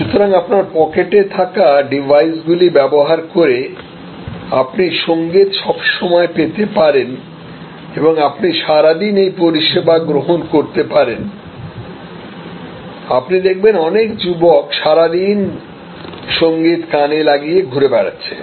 সুতরাং আপনার পকেটে থাকা ডিভাইসগুলি ব্যবহার করে আপনি সংগীত সব সময় পেতে পারেন এবং আপনি সারাদিন এই পরিষেবা গ্রহণ করতে পারেন আপনি দেখবেন অনেক যুবক সারা দিন সঙ্গীত কানে লাগিয়ে ঘুরে বেড়াচ্ছে